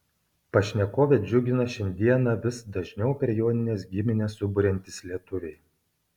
pašnekovę džiugina šiandieną vis dažniau per jonines giminę suburiantys lietuviai